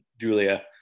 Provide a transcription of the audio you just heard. Julia